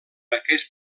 aquest